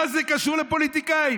מה זה קשור לפוליטיקאים?